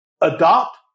adopt